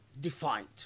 defined